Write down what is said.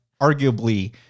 arguably